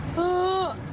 oh,